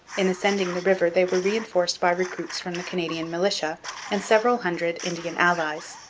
in ascending the river they were reinforced by recruits from the canadian militia and several hundred indian allies.